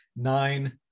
nine